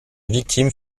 victimes